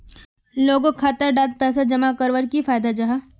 लोगोक खाता डात पैसा जमा कवर की फायदा जाहा?